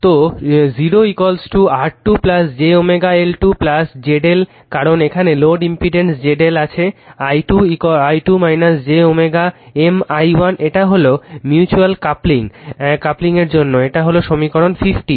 তো 0 R2 j L2 ZL কারণ এখানে লোড ইমপিডেন্স ZL আছে i2 j M i1 এটা হলো মিউচুয়াল ক্যাপলিং এর জন্য এটা হলো সমীকরণ 15